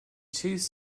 cheese